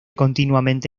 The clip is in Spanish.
continuamente